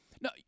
No